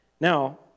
Now